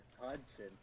Hudson